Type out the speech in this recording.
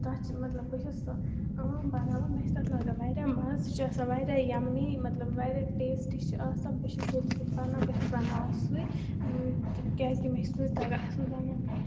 تَتھ چھِ مطلب بہٕ چھَس سُہ عام بَناوان مےٚ چھِ تَتھ لَگان واریاہ مَزٕ سُہ چھُ آسان واریاہ یَمی مطلب واریاہ ٹیسٹی چھِ آسان بہٕ چھَس ییٚلہِ سُہ بَنان بہٕ چھَس بَناوان سُے کیٛازکہِ مےٚ چھُ سُے تَگان اَصٕل بَناوُن